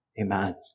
Amen